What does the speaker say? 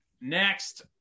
Next